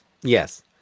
Yes